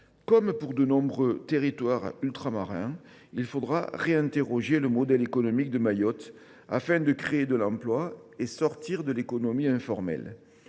comme dans de nombreux autres territoires ultramarins –, il faudra réinterroger le modèle économique local afin de créer de l’emploi et de sortir de l’économie informelle.